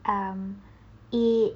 um it